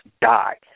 die